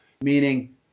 meaning